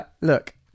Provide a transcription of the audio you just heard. Look